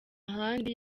ahandi